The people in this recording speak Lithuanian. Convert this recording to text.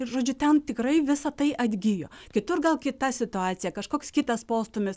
ir žodžiu ten tikrai visa tai atgijo kitur gal kita situacija kažkoks kitas postūmis